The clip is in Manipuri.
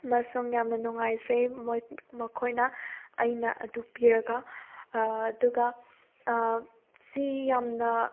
ꯑꯃꯁꯨꯡ ꯌꯥꯝꯅ ꯅꯨꯡꯉꯥꯏꯖꯩ ꯃꯣꯏ ꯃꯈꯣꯏꯅ ꯑꯩꯅ ꯑꯗꯨ ꯄꯤꯔꯒ ꯑꯗꯨꯒ ꯁꯤ ꯌꯥꯝꯅ